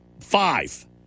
Five